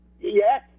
Yes